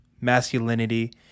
masculinity